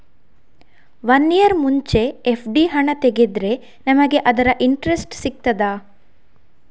One year ಮುಂಚೆ FD ಹಣ ತೆಗೆದ್ರೆ ನಮಗೆ ಅದರ ಇಂಟ್ರೆಸ್ಟ್ ಸಿಗ್ತದ?